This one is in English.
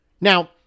Now